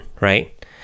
right